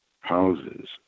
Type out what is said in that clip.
houses